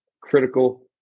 critical